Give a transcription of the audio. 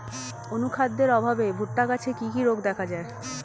অনুখাদ্যের অভাবে ভুট্টা গাছে কি কি রোগ দেখা যায়?